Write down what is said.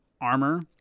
armor